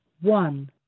one